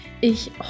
Ich